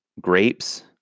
grapes